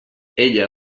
ella